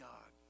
God